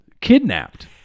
Kidnapped